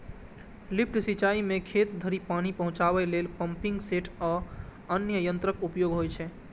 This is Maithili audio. लिफ्ट सिंचाइ मे खेत धरि पानि पहुंचाबै लेल पंपिंग सेट आ अन्य यंत्रक उपयोग होइ छै